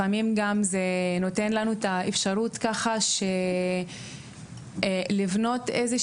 לפעמים גם זה נותן לנו את האפשרות ככה ליצור איזו